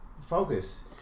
focus